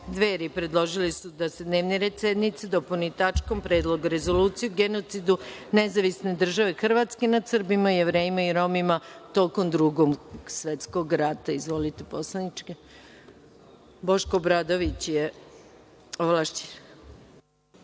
Dveri predložili su da se dnevni red sednice dopuni tačkom - Predlog rezolucije o genocidu Nezavisne Države Hrvatske nad Srbima, Jevrejima i Romima tokom Drugog svetskog rata. Boško